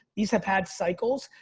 these have had cycles.